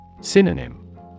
Synonym